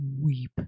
weep